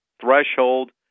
threshold